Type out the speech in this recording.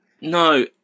no